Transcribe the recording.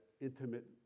intimate